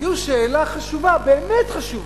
כי היתה שאלה חשובה, באמת חשובה,